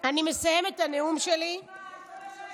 אני מסיימת את הנאום שלי, מה בוער?